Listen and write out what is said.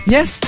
Yes